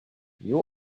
you